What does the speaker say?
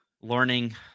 learning